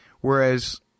whereas